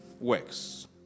works